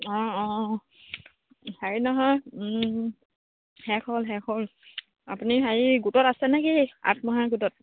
অঁ অঁ হেৰি নহয় শেষ হ'ল শেষ হ'ল আপুনি হেৰি গোটত আছে নেকি আত্মসহায়ক গোটত